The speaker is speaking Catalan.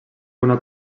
una